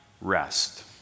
rest